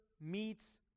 meets